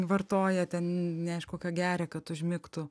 vartoja ten neaišku ką geria kad užmigtų